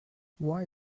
why